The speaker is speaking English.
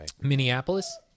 Minneapolis